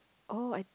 oh I